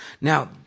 Now